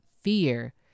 fear